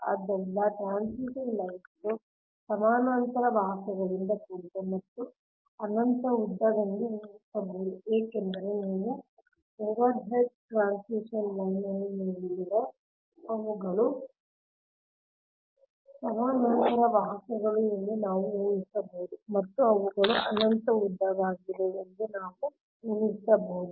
ಆದ್ದರಿಂದ ಟ್ರಾನ್ಸ್ಮಿಷನ್ ಲೈನ್ಗಳು ಸಮಾನಾಂತರ ವಾಹಕಗಳಿಂದ ಕೂಡಿದೆ ಮತ್ತು ಅನಂತ ಉದ್ದವೆಂದು ಊಹಿಸಬಹುದು ಏಕೆಂದರೆ ನೀವು ಓವರ್ಹೆಡ್ ಟ್ರಾನ್ಸ್ಮಿಷನ್ ಲೈನ್ ಅನ್ನು ನೋಡಿದ್ದರೆ ಅವುಗಳು ಸಮಾನಾಂತರ ವಾಹಕಗಳು ಎಂದು ನಾವು ಊಹಿಸಬಹುದು ಮತ್ತು ಅವುಗಳು ಅನಂತ ಉದ್ದವಾಗಿದೆ ಎಂದು ನಾವು ಊಹಿಸಬಹುದು